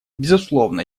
безусловно